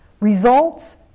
Results